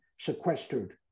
sequestered